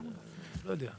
לאור החשיבות של הנושא הזה.